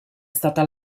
stata